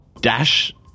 dash